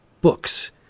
books